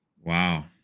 Wow